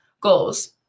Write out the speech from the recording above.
goals